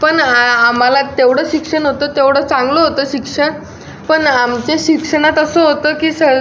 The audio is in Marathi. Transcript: पण आ आम्हाला तेवढं शिक्षण होतं तेवढं चांगलं होतं शिक्षक पण आमच्या शिक्षणात असं होतं की स